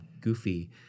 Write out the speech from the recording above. goofy